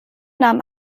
nahm